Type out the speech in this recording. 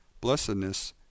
Blessedness